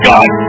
God